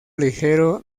ligero